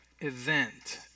event